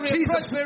Jesus